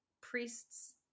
priests